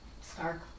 Stark